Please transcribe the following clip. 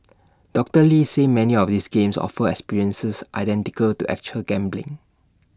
doctor lee said many of these games offer experiences identical to actual gambling